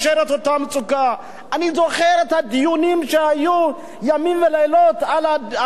אני זוכר את הדיונים שהיו ימים ולילות על חוק הווד"לים.